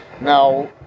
Now